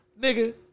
nigga